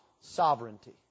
sovereignty